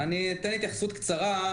אתן התייחסות קצרה.